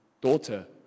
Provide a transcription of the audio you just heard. daughter